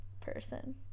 person